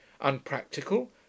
Unpractical